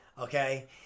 Okay